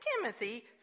Timothy